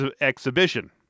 exhibition